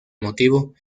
motivo